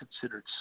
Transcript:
considered